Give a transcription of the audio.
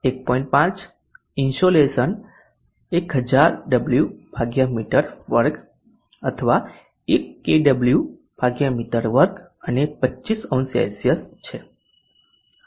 5 insolation 1000 ડબલ્યુમી2 અથવા 1 કેડબલ્યુમી2 અને 25° સે છે